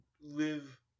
live